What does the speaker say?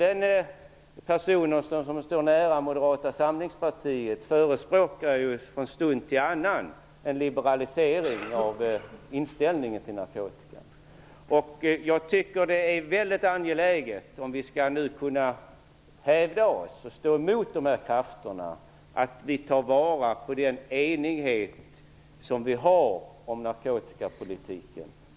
En del personer som står nära Moderata samlingspartiet förespråkar från stund till annan en liberalisering av inställningen till narkotika. Om vi skall kunna hävda oss och stå emot dessa krafter är det väldigt angeläget att vi tar vara på den enighet som vi har om narkotikapolitiken.